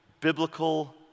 biblical